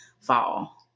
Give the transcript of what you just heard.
fall